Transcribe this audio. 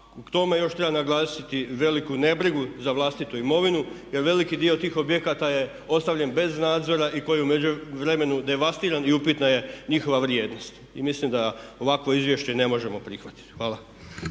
k tome još treba naglasiti veliku nebrigu za vlastitu imovinu, jer veliki dio tih objekata je ostavljen bez nadzora i koji je u međuvremenu devastiran i upitna je njihova vrijednost. I mislim da ovakvo izvješće ne možemo prihvatiti. Hvala.